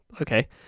Okay